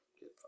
Get